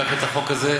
לקח את החוק הזה,